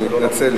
אני מתנצל.